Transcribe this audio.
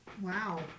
wow